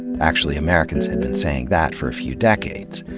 actually, americans had been saying that for a few decades.